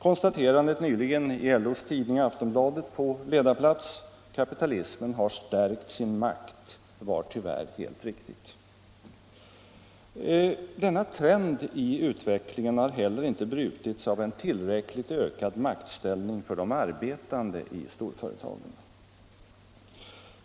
Konstaterandet nyligen i LO:s tidning Aftonbladet på ledarplats — ”Kapitalismen har stärkt sin makt” — var tyvärr helt riktigt. Denna trend i utvecklingen har heller inte brutits av en tillräckligt ökad maktställning för de arbetande i storföretag.